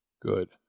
good